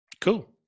Cool